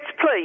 please